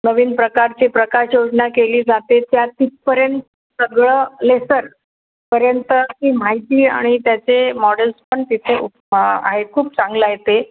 नवीन प्रकारचे प्रकाशयोजना केली जाते त्या तिथपर्यंत सगळं लेसरपर्यंतची माहिती आणि त्याचे मॉडेल्स पण तिथे उप आहे खूप चांगलं आहे ते